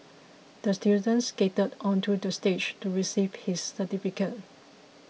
the student skated onto the stage to receive his certificate